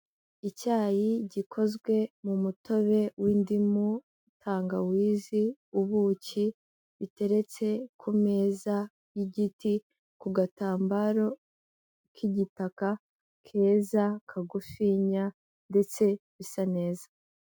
Icyayi gikozwe mu mutobe w'indimu, tangawizi, ubuki biteretse ku meza y'igiti ku gatambaro k'igitaka keza kagufinya ndetse bisa neza.